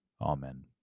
Amen